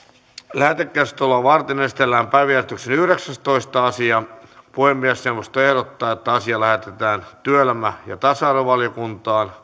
lähetekeskustelua varten esitellään päiväjärjestyksen yhdeksästoista asia puhemiesneuvosto ehdottaa että asia lähetetään työelämä ja tasa arvovaliokuntaan